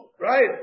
Right